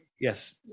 yes